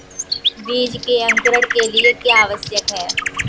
बीज के अंकुरण के लिए क्या आवश्यक है?